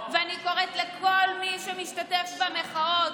ואני קוראת לכל מי שמשתתף במחאות: